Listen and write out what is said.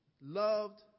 loved